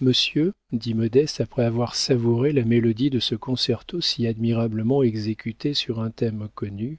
monsieur dit modeste après avoir savouré la mélodie de ce concerto si admirablement exécuté sur un thème connu